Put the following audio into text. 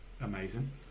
amazing